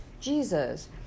Jesus